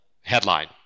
headline